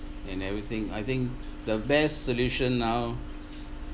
and everything I think the best solution now